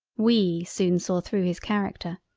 we soon saw through his character.